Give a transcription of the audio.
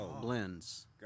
blends